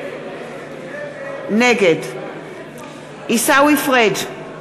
נגד עיסאווי פריג'